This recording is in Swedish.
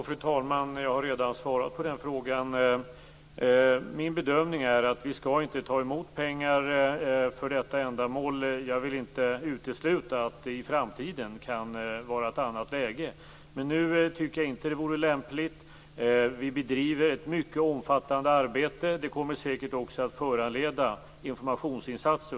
Fru talman! Jag har redan svarat på den frågan. Min bedömning är den att vi inte skall ta emot pengar för detta ändamål. Jag vill inte utesluta att det i framtiden kan uppstå ett annat läge, men jag tycker inte att det nu vore lämpligt. Vi bedriver ett mycket omfattande arbete. Detta kommer säkerligen att föranleda informationsinsatser.